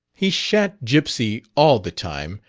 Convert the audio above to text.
he sha'n't gipsy all the time,